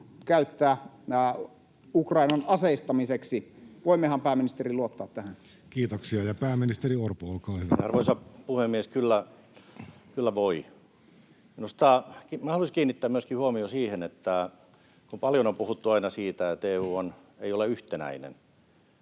Kysymys!] Ukrainan aseistamiseksi. Voimmehan, pääministeri, luottaa tähän? Kiitoksia. — Ja pääministeri Orpo, olkaa hyvä. Arvoisa puhemies! Kyllä voi. Haluaisin kiinnittää myöskin huomiota siihen, että kun paljon on puhuttu aina siitä, että EU ei ole yhtenäinen,